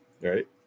right